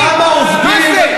מה זה.